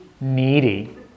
Needy